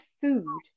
food